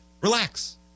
Relax